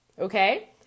okay